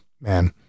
man